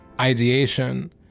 ideation